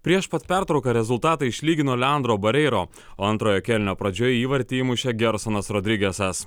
prieš pat pertrauką rezultatą išlygino leandro bareiro o antrojo kėlinio pradžioje įvartį įmušė gersonas rodrigesas